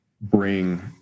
bring